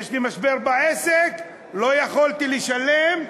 יש לי משבר בעסק, לא יכולתי לשלם,